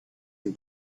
and